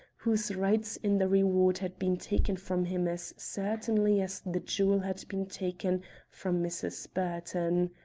whose rights in the reward had been taken from him as certainly as the jewel had been taken from mrs. burton.